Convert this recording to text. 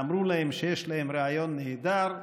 הם אמרו שיש להם רעיון נהדר: